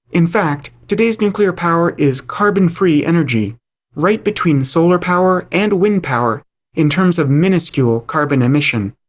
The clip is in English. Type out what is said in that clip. in fact, today's nuclear power is carbon-free energy' right between solar power and wind power in terms of miniscule carbon emission.